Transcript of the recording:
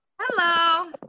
Hello